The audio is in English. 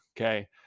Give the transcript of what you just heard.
okay